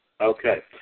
Okay